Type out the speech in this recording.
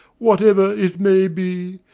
whatever it may be,